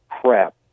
crap